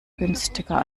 günstiger